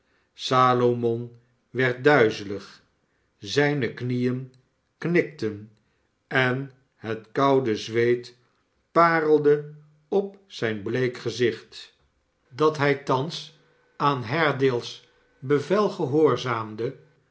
salomon werd duizelig zijne knieen kmkten en het koude zweet parelde op zijn bleek gezicht dat hij thans aan haredale's bevel gehoorzaamde